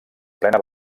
plena